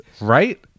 right